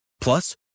Plus